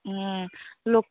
ल